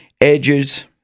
edges